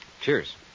Cheers